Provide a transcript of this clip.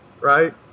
Right